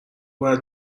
باید